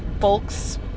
folks